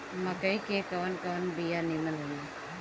मकई के कवन कवन बिया नीमन होई?